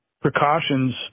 precautions